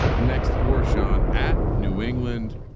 next for sean at new england,